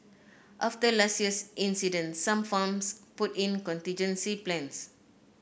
after last year's incident some farms put in contingency plans